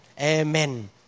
Amen